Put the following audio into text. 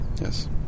Yes